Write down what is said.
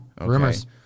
Rumors